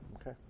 okay